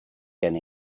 gen